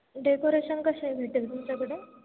decoration कसे भेटेल तुमच्याकडे